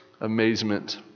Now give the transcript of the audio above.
amazement